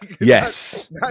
Yes